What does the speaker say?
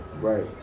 Right